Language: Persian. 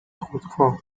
خودخواه